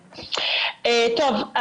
שלום,